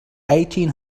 eighteen